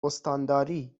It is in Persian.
استانداری